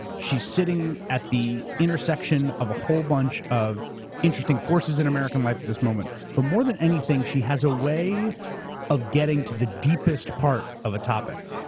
she's sitting at the intersection of a whole bunch of interesting forces in american life at this moment. but more than anything, she has a way of getting to the deepest part of a topic.